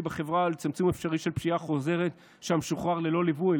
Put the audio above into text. בחברה ולצמצום אפשרי של פשיעה חוזרת כשהמשוחרר ללא ליווי,